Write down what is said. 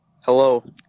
Hello